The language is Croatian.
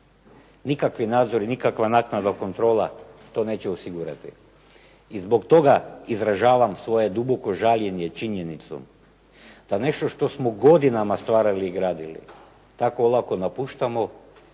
Nikakvi nadzori, nikakva naknada kontrola to neće osigurati. I zbog toga izražavam svoje duboko žaljenje činjenicom da nešto što smo godinama stvarali i gradili, tako olako napuštamo